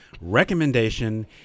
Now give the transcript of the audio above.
recommendation